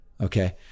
Okay